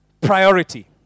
priority